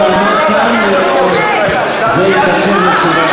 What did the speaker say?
להמשיך, תשובת